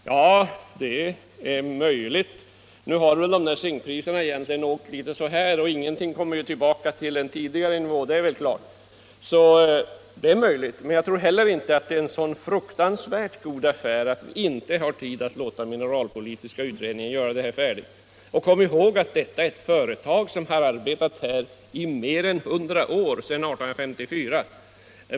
Ja, det är möjligt. Visst har zinkpriserna åkt upp och ned och kommer knappast tillbaka till den tidigare nivån. Men jag tror inte heller att det är en så god affär att vi inte har råd att låta mineralpolitiska utredningen arbeta färdigt. Och kom ihåg att det är ett företag som har funnits i mer än 100 år, sedan 1854.